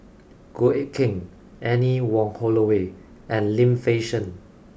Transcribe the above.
Goh Eck Kheng Anne Wong Holloway and Lim Fei Shen